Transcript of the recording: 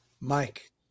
Mike